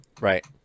Right